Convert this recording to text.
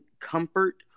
comfort